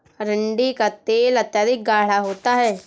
अरंडी का तेल अत्यधिक गाढ़ा होता है